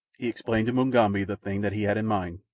he explained to mugambi the thing that he had in mind,